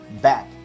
back